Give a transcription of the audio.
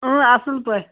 اَصٕل پٲٹھۍ